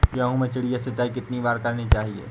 गेहूँ में चिड़िया सिंचाई कितनी बार करनी चाहिए?